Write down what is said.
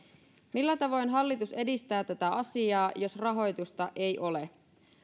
millä tavoin hallitus edistää tätä asiaa jos rahoitusta ei ole